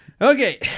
Okay